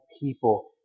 people